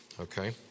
Okay